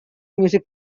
music